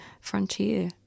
frontier